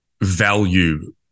value